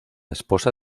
esposa